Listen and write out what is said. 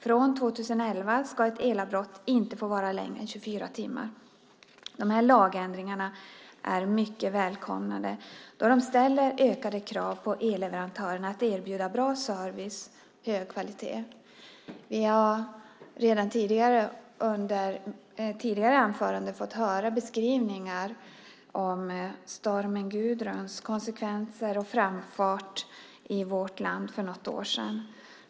Från 2011 ska ett elavbrott inte få vara längre än 24 timmar. De här lagändringarna är mycket välkomna då de ställer ökade krav på elleverantörerna att erbjuda bra service och hög kvalitet. Vi har redan under tidigare anföranden fått höra beskrivningar om stormen Gudruns konsekvenser och framfart i vårt land för något år sedan.